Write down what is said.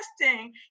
testing